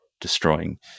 destroying